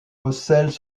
vaucelles